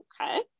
Okay